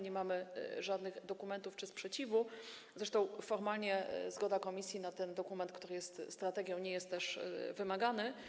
Nie mamy żadnych dokumentów czy sprzeciwu, zresztą formalnie zgoda Komisji na ten dokument, który jest strategią, nie jest wymagana.